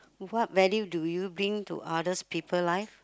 what value do you bring to others people life